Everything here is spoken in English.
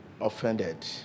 offended